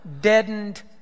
deadened